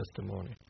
testimony